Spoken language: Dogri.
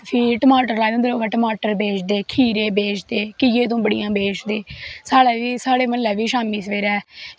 फ्ही टमाटर लाए दे होंदे टमाटर बेचदे खीरे बेचदे खीरे बेचदे घिये तूम्बड़ियां बेचदे साढ़े मह्ल्लै बी सवेरै शैम्मी